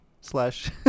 slash